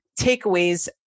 takeaways